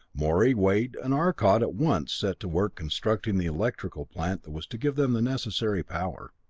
morey, wade and arcot at once set to work constructing the electrical plant that was to give them the necessary power.